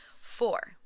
Four